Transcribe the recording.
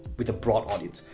with a broad audience.